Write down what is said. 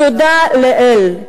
תודה לאל,